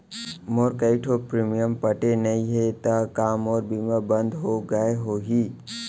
मोर कई ठो प्रीमियम पटे नई हे ता का मोर बीमा बंद हो गए होही?